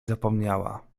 zapomniała